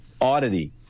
oddity